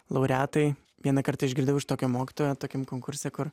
laureatai vieną kartą išgirdau iš tokio mokytojo tokiam konkurse kur